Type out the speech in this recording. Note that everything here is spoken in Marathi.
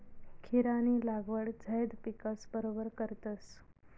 खीरानी लागवड झैद पिकस बरोबर करतस